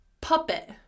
puppet